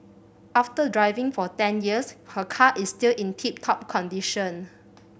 after driving for ten years her car is still in tip top condition